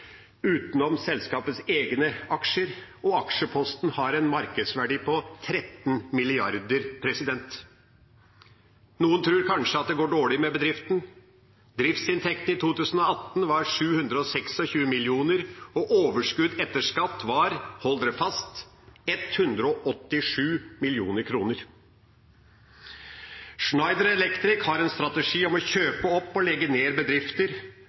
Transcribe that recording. utenom selskapets egne aksjer, og aksjeposten har en markedsverdi på 13 mrd. kr. Noen tror kanskje at det går dårlig med bedriften. Driftsinntekten i 2018 var på 726 mill. kr, og overskudd etter skatt var på – hold dere fast – 187 mill. kr. Schneider Electric har en strategi om å kjøpe opp og legge ned bedrifter.